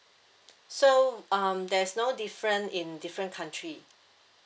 so um there's no difference in different country